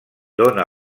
dóna